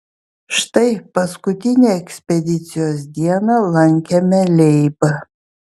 štai paskutinę ekspedicijos dieną lankėme leibą